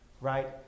Right